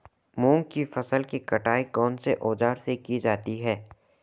मूंग की फसल की कटाई कौनसे औज़ार से की जाती है?